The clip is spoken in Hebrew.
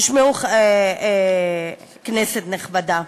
תשמעו, כנסת נכבדה,